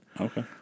Okay